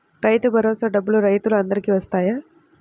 రైతు భరోసా డబ్బులు రైతులు అందరికి వస్తాయా?